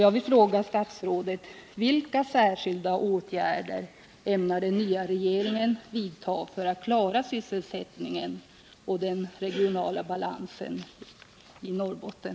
Jag vill fråga statsrådet: Vilka särskilda åtgärder ämnar den nya regeringen vidta för att klara sysselsättningen och den regionala balansen i Norrbotten?